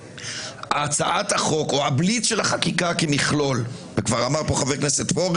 מכלול בליץ החקיקה וכבר אמרו פה עודד פורר